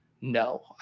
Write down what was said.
no